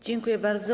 Dziękuję bardzo.